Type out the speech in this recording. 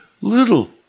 little